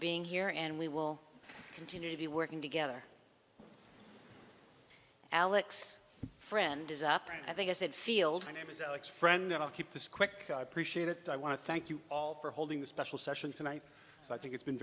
being here and we will continue to be working together alex friend is up i think i said fields and i was alex friend i'll keep this quick i appreciate it i want to thank you all for holding the special session tonight so i think it's been